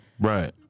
Right